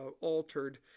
altered